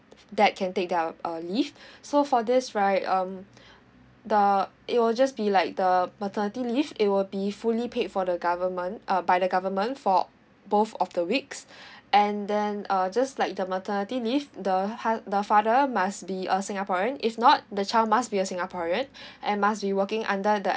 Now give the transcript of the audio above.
dad can take their uh leave so for this right um the it will just be like the maternity leave it will be fully paid for the government uh by the government for both of the weeks and then uh just like the maternity leave the ha the father must be a singaporean if not the child must be a singaporean and must be working under the